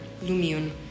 Lumion